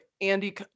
Andy